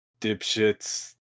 Dipshits